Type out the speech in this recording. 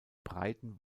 breiten